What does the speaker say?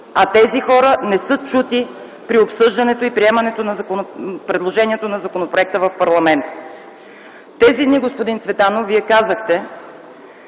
А тези хора не са чути при обсъждането и приемането на законопроекта в парламента. Господин Цветанов, тези дни казахте,